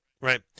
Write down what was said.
right